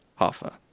Hoffa